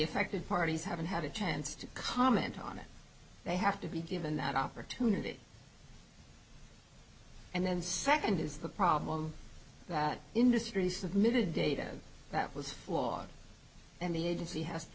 affected parties haven't had a chance to comment on it they have to be given that opportunity and then second is the problem that industry submitted data that was flawed and the agency has to